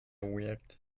weird